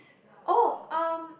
oh um